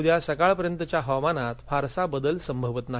उद्या सकाळपर्यंत हवामानात फारसा बदल संभवत नाही